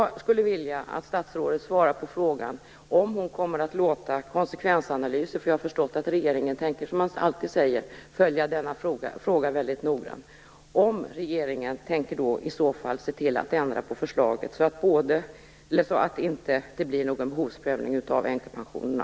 Jag skulle vilja att statsrådet svarar på frågan om hon kommer att låta genomföra konsekvensanalyser - jag har förstått att regeringen, som man säger, skall följa frågan noggrant - och i så fall se till att ändra förslaget så att det inte blir någon behovsprövning av änkepensionerna.